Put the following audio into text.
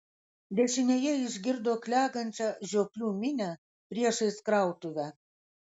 dešinėje išgirdo klegančią žioplių minią priešais krautuvę